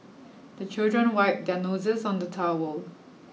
the children wipe their noses on the towel